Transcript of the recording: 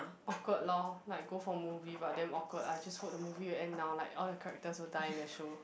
awkward lor like go for movie but damn awkward I just hoped the movie will end now like all the characters will die in the show